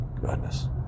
Goodness